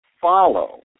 follow